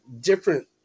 different